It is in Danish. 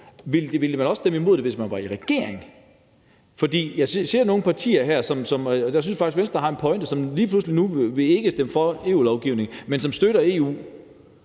Ville man også stemme imod det, hvis man var i regering? Jeg synes faktisk, at Venstre har en pointe ved lige pludselig nu ikke at ville stemme for EU-lovgivning, men støtter EU.